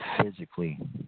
physically